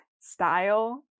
Style